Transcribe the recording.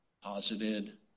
posited